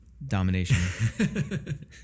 domination